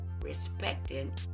respecting